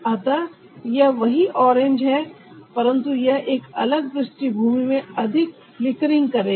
अतः यह वही ऑरेंज है परंतु यह एक अलग पृष्ठभूमि में अधिक फ्लिकर करेगा